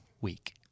week